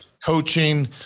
coaching